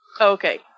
Okay